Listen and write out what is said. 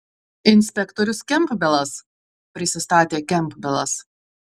inspektorius kempbelas prisistatė kempbelas